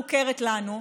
מוכרת לנו.